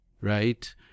right